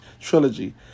Trilogy